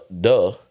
Duh